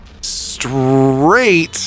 straight